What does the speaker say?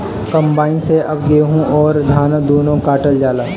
combine से अब गेहूं अउर धान दूनो काटल जाला